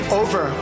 over